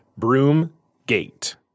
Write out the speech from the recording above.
Broomgate